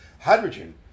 hydrogen